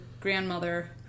grandmother